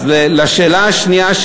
אז לשאלה השנייה,